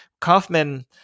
Kaufman